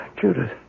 Judith